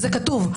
זה כתוב.